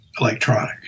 electronic